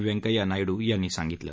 वैंकय्या नायडू यांनी सांगितलं